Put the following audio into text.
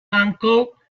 uncle